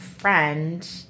friend